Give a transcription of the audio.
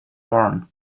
born